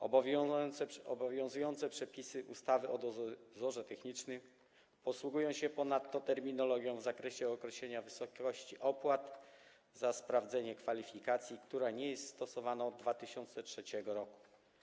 Obowiązujące przepisy ustawy o dozorze technicznym posługują się ponadto terminologią w zakresie określania wysokości opłat za sprawdzenie kwalifikacji, która nie jest stosowana od 2003 r.